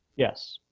yes.